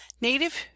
native